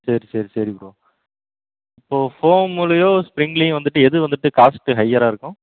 சரி சரி சரி ப்ரோ இப்போது ஃபோமுலேயோ ஸ்ப்ரிங்குலேயும் வந்துட்டு எது வந்துட்டு காஸ்ட்டு ஹையராக இருக்கும்